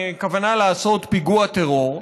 על כוונה לעשות פיגוע טרור,